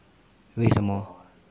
为什么